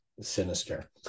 sinister